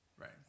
Right